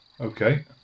Okay